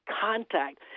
contact